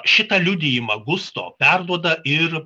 šitą liudijimą gusto perduoda ir